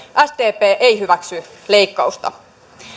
sdp ei hyväksy leikkausta